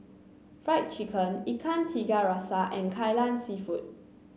Fried Chicken Ikan Tiga Rasa and Kai Lan seafood